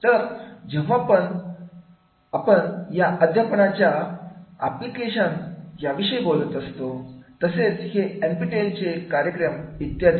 तर जेव्हापण बैजूस या अध्यापनाच्या आपलिकेशन विषयी बोलत असतो तसेच हे एनपीटेल चे कार्यक्रम इत्यादी